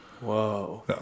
Whoa